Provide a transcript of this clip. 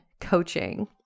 Coaching